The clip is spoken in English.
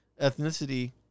ethnicity